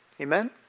Amen